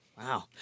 wow